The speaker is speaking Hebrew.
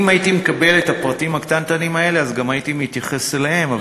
אם הייתי מקבל את הפרטים הקטנטנים האלה אז הייתי מתייחס גם אליהם,